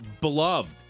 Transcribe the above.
beloved